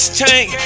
tank